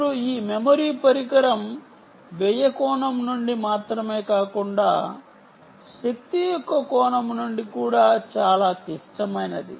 ఇప్పుడు ఈ మెమరీ పరికరం వ్యయ కోణం నుండి మాత్రమే కాకుండా శక్తి యొక్క కోణం నుండి కూడా చాలా క్లిష్టమైనది